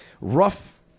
rough